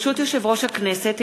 ברשות יושב-ראש הכנסת,